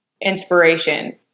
inspiration